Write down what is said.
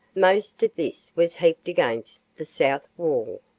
most of this was heaped against the south wall.